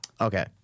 Okay